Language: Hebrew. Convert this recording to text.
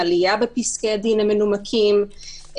עלייה בפסקי הדין המנומקים,